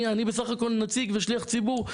אני בסך הכל נציג ושליח ציבור.